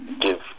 give